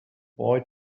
boy